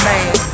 Man